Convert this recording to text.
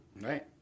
Right